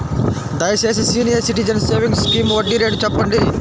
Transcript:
దయచేసి senior citizens savings scheme వడ్డీ rate చెప్పండి